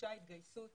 דרושה התגייסות